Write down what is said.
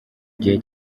gihe